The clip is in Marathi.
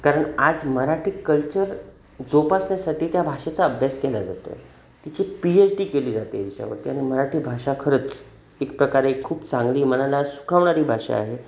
कारण आज मराठी कल्चर जोपासण्यासाठी त्या भाषेचा अभ्यास केला जातोय तिची पीएच डी केली जातेय त्याच्यावरती आणि मराठी भाषा खरंच एकप्रकारे खूप चांगली मनाला सुखावणारी भाषा आहे